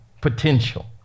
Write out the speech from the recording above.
Potential